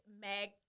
MAG